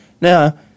Now